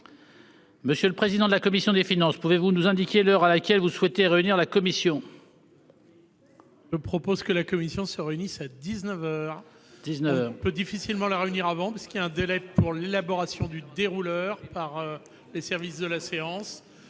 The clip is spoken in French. Monsieur le président de la commission des finances, pouvez-vous nous indiquer l'heure à laquelle vous souhaitez réunir la commission ? Je propose que la commission se réunisse à dix-neuf heures. Il y a en effet un délai nécessaire à l'élaboration du dérouleur par les services de la séance.